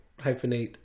hyphenate